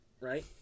right